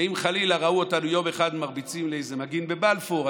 אם חלילה ראו אותנו יום אחד מרביצים לאיזה מפגין בבלפור,